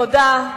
תודה.